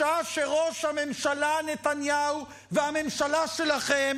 בשעה שראש הממשלה נתניהו והממשלה שלכם